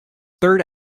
third